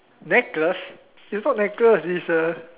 necklace it's not necklace it's a